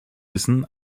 wissen